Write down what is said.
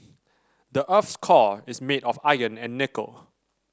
the earth's core is made of iron and nickel